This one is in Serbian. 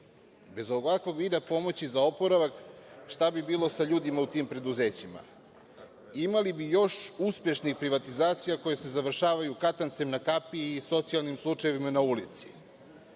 Bez ovakvog vida pomoći za oporavak, šta bi bilo sa ljudima u tim preduzećima? Imali bi još uspešnih privatizacija koje se završavaju katancem na kapiji i socijalnim slučajevima na ulici.